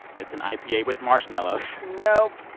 it's an ipa with marshmallows nope.